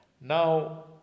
Now